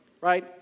right